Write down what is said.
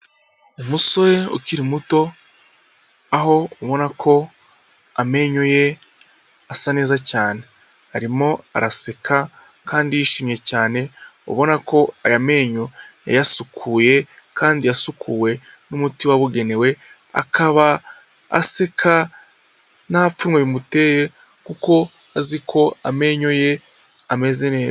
Umusore ukiri muto aho ubona ko amenyo ye asa neza cyane, arimo araseka kandi yishimye cyane, ubona ko aya menyo yayasukuye kandi yasukuwe n'umuti wabugenewe, akaba aseka nta pfunwe bimuteye kuko azi ko amenyo ye ameze neza.